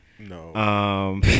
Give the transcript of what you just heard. No